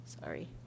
sorry